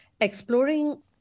exploring